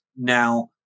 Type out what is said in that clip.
now